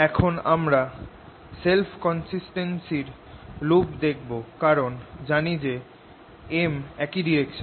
এখন আমরা self consistency র লুপ দেখব কারণ জানি যে M একই ডাইরেকশনে